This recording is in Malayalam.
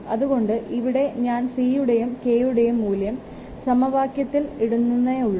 അതുകൊണ്ട് ഇവിടെ ഞാൻ cയുടെയും kയുടെയും മൂല്യം സമവാക്യത്തിൽ ഇടുന്നന്നേ ഉള്ളൂ